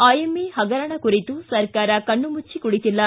IMA ಹಗರಣ ಕುರಿತು ಸರ್ಕಾರ ಕಣ್ಣುಮುಚ್ಚಿ ಕುಳಿತಿಲ್ಲ